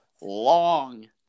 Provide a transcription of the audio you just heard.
long